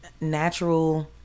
natural